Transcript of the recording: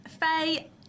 Faye